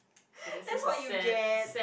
that's what you get